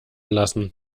lassen